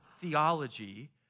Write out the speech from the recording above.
theology